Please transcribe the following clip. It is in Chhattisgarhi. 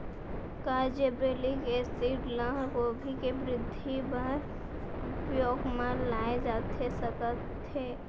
का जिब्रेल्लिक एसिड ल गोभी के वृद्धि बर उपयोग म लाये जाथे सकत हे?